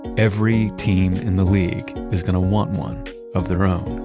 every team in the league is going to want one of their own